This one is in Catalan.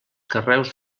carreus